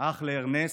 אח לארנסט,